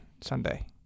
Sunday